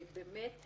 מהצבא,